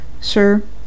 Sir